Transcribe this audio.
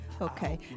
Okay